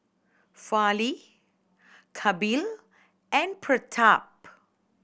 Fali Kapil and Pratap